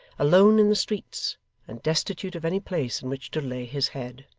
alone in the streets and destitute of any place in which to lay his head.